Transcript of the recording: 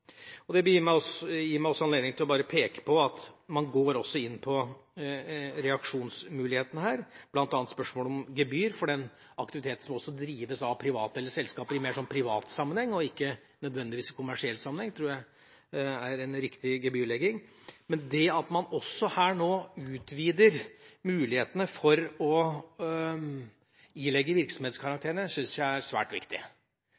Det gir meg anledning til å peke på at man her også går inn på reaksjonsmulighetene, bl.a. spørsmålet om gebyr for den aktiviteten som drives av selskaper i mer privat sammenheng, og ikke nødvendigvis i kommersiell sammenheng. Det tror jeg er en riktig gebyrlegging. Det at man nå også utvider mulighetene for å ilegge virksomhetskarantene, syns jeg er svært viktig.